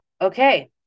Okay